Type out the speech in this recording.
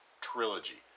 trilogy